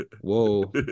Whoa